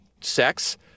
sex